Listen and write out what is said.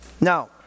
Now